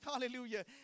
Hallelujah